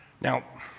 Now